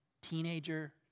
Teenager